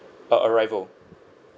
uh arrival